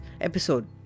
episode